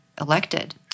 elected